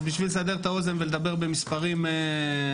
בשביל לסבר את האוזן ולדבר במספרים עגולים,